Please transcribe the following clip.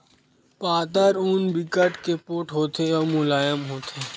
पातर ऊन ह बिकट के पोठ होथे अउ मुलायम होथे